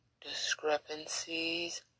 discrepancies